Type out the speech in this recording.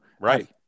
Right